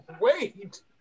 Wait